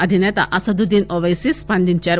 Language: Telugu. అధిసేత అసదుద్దిన్ ఓపైసీ స్సందించారు